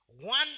One